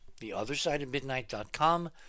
theothersideofmidnight.com